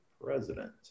president